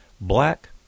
black